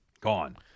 Gone